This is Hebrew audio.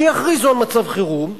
שיכריזו על מצב חירום,